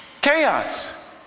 Chaos